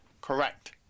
correct